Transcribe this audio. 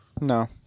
No